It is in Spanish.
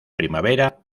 primavera